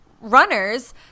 runners